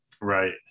right